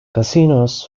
casinos